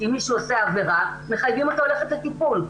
שאם מישהו עושה עבירה, מחייבים אותו ללכת לטיפול.